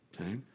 okay